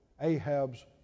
Ahab's